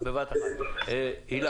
וזאן, בבקשה.